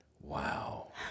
Wow